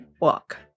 walk